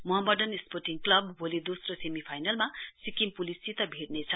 Mohammedan sporting club भोलि दोस्रो semi फाइनलमा सिक्किम पुलिससित भिड्नेछ